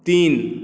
तीन